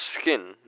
skin